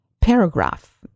paragraph